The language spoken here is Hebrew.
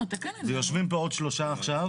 ויושבים פה עוד שלושה עכשיו.